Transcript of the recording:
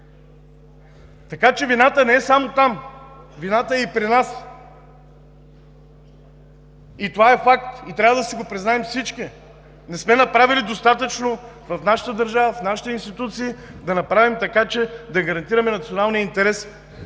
стане? Вината не е само там, вината е и при нас. Това е факт и трябва да си го признаем всички. Не сме направили достатъчно в нашата държава, в нашите институции, да направим така, че да гарантираме националния интерес